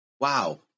Wow